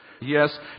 Yes